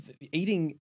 eating